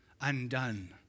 undone